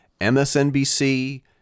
MSNBC